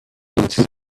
into